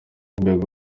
urwego